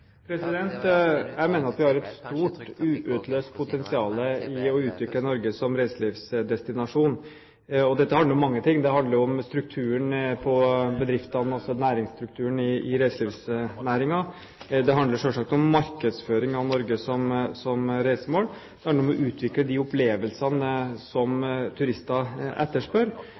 Jeg mener at vi har et stort uutløst potensial i å utvikle Norge som reiselivsdestinasjon. Og dette handler om mange ting. Det handler om bedriftsstrukturen – næringsstrukturen i reiselivsnæringen – det handler selvsagt om markedsføring av Norge som reisemål, og det handler om å utvikle de opplevelsene som turister etterspør.